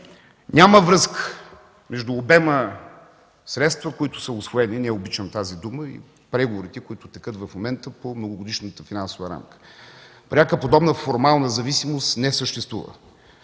Няма връзка между обема усвоени средства – не обичам тази дума – и преговорите, които текат в момента по многогодишната финансова рамка. Пряка подобна формална зависимост не съществува.